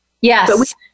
Yes